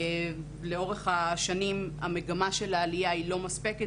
לאורך השנים המגמה של העלייה היא לא מספקת